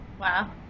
wow